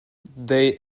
they